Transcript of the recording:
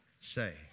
say